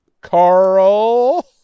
Carl